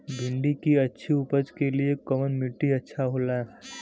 भिंडी की अच्छी उपज के लिए कवन मिट्टी अच्छा होला?